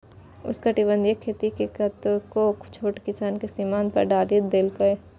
उष्णकटिबंधीय खेती कतेको छोट किसान कें सीमांत पर डालि देलकै